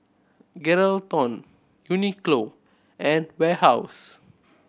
Geraldton Uniqlo and Warehouse